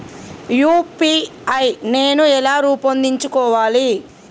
UPI నేను ఎలా రూపొందించుకోవాలి?